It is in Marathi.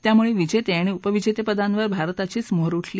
त्यामुळे विजेते आणि उपविजेतेपदांवर भारताचीच मोहोर उठली